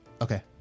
Okay